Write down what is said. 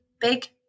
big